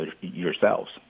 yourselves